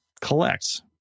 collect